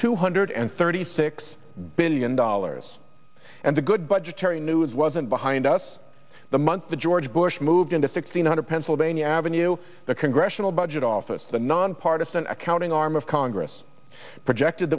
two hundred and thirty six billion dollars and the good budgetary news wasn't behind us the month the george bush moved into six hundred pennsylvania avenue the congressional budget office the nonpartisan accounting arm of congress projected